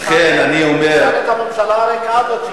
תשאל את הממשלה הריקה הזאת,